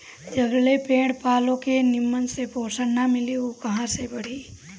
जबले पेड़ पलो के निमन से पोषण ना मिली उ कहां से बढ़ी